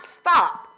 stop